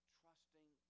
trusting